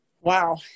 Wow